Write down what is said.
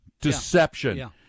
Deception